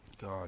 God